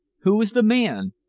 who is the man?